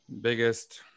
Biggest